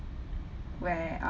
where